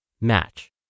match